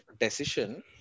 decision